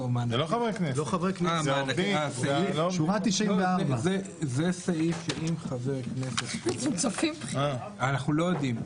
שורה 94. אנחנו לא יודעים,